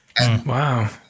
Wow